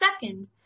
second